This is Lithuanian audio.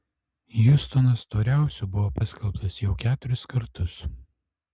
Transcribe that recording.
hjustonas storiausiu buvo paskelbtas jau keturis kartus